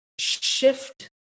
shift